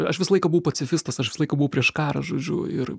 aš visą laiką buvau pacifistas aš visą laiką buvau prieš karą žodžiu ir